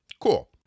Cool